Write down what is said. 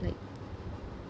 like